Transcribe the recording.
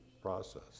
process